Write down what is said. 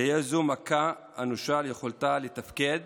תהיה זו מכה אנושה ליכולתה לתפקד